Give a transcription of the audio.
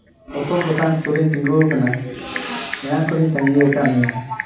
ᱯᱚᱛᱚᱵ ᱫᱚᱠᱟᱱ ᱥᱩᱨ ᱨᱮᱧ ᱛᱤᱜᱩ ᱟᱠᱟᱱᱟ ᱮᱱᱟᱱ ᱠᱷᱚᱱᱮᱧ ᱛᱟᱹᱜᱤ ᱟᱠᱟᱫ ᱢᱮᱭᱟ